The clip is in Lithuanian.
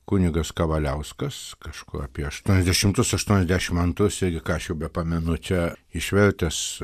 kunigas kavaliauskas kažkur apie aštuoniasdešimtus aštuoniasdešim antrus irgi ką aš jau be pamenu čia išvertęs